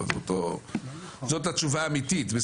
זאת התשובה.